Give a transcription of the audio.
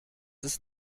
ist